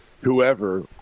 whoever –